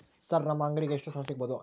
Sir ನಮ್ಮ ಅಂಗಡಿಗೆ ಎಷ್ಟು ಸಾಲ ಸಿಗಬಹುದು?